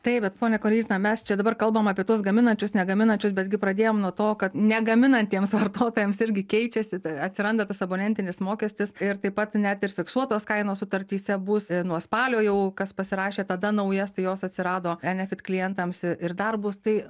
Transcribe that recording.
taip bet pone koryzna mes čia dabar kalbam apie tuos gaminančius negaminančius betgi pradėjom nuo to kad negaminantiems vartotojams irgi keičiasi atsiranda tas abonentinis mokestis ir taip pat net ir fiksuotos kainos sutartyse bus nuo spalio jau kas pasirašė tada naujas tai jos atsirado enefit klientams ir dar bus tai